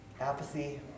Apathy